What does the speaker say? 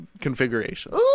configurations